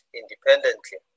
independently